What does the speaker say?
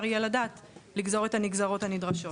יהיה לדעת לגזור את הנגזרות הנדרשות.